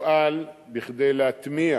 יפעל כדי להטמיע